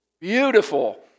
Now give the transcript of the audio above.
Beautiful